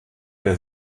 der